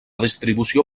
distribució